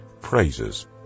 praises